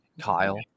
Kyle